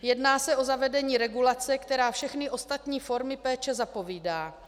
Jedná se o zavedení regulace, která všechny ostatní formy péče zapovídá.